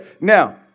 Now